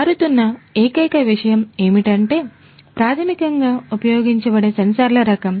మారుతున్న ఏకైక విషయం ఏమిటంటే ప్రాథమికంగా ఉపయోగించబడే సెన్సార్ల రకం